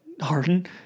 Harden